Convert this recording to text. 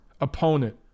opponent